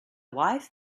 wife